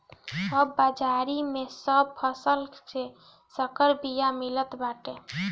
अब बाजारी में सब फसल के संकर बिया मिलत बाटे